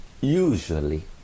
usually